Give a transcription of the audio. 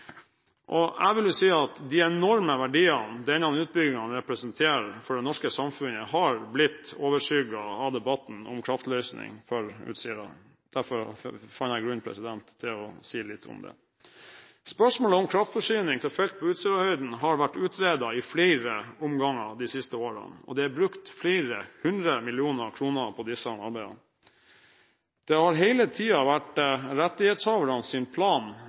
samfunnet. Jeg vil si at de enorme verdiene denne utbyggingen representerer for det norske samfunnet, har blitt overskygget av debatten om kraftløsning for Utsirahøyden. Derfor fant jeg grunn til å si litt om det. Spørsmålet om kraftforsyning til felter på Utsirahøyden har vært utredet i flere omganger de siste årene, og det er brukt flere hundre millioner kroner på disse arbeidene. Det har hele tiden vært rettighetshavernes plan